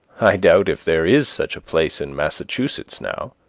i doubt if there is such a place in massachusetts now